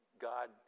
God